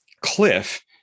cliff